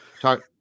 Talk